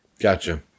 Gotcha